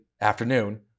afternoon